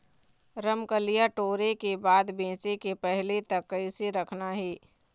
रमकलिया टोरे के बाद बेंचे के पहले तक कइसे रखना हे?